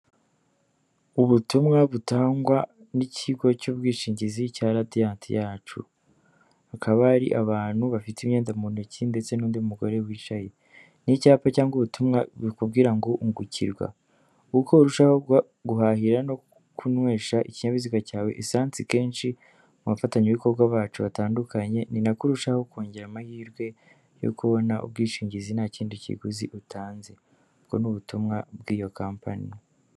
Ubutumwa butangwa n'ikigo cy'ubwishingizi cya Radiyanti yacu, hakaba hari abantu bafite imyenda mu ntoki ndetse n'undi mugore wicaye, ni icyapa cyangwa ubutumwa bukubwira ngo ungukirwa, uko urushaho guhahira no kunywesha ikinyabiziga cyawe esansi kenshi mu bafatanyabikorwa bacu batandukanye, ni nako urushaho kongera amahirwe yo kubona ubwishingizi nta kindi kiguzi utanze. Ubwo ni ubutumwa bw'iyo kampani.